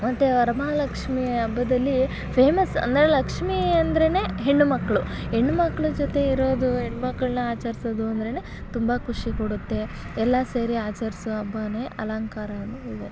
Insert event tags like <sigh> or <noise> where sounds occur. ಮತ್ತು ವರಮಹಾಲಕ್ಷ್ಮಿ ಹಬ್ಬದಲ್ಲಿ ಫೇಮಸ್ ಅಂದರೆ ಲಕ್ಷ್ಮಿ ಅಂದರೇನೆ ಹೆಣ್ಣು ಮಕ್ಕಳು ಹೆಣ್ಣು ಮಕ್ಕಳು ಜೊತೆ ಇರೋದು ಹೆಣ್ಣು ಮಕ್ಳನ್ನ ಆಚರಿಸೋದು ಅಂದರೇನೆ ತುಂಬ ಖುಷಿ ಕೊಡುತ್ತೆ ಎಲ್ಲ ಸೇರಿ ಆಚರಿಸೋ ಹಬ್ಬನೇ ಅಲಂಕಾರವೇ <unintelligible>